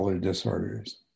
disorders